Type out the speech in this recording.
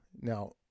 Now